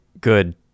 good